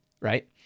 right